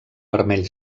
vermell